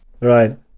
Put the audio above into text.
Right